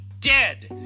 dead